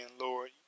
Lord